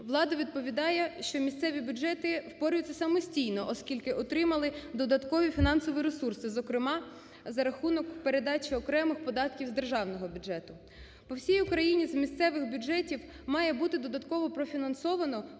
влада відповідає, що місцеві бюджети впорюються самостійно, оскільки отримали додаткові фінансові ресурси, зокрема, за рахунок передачі окремих податків з державного бюджету. По всій Україні з місцевих бюджетів має бути додатково профінансовано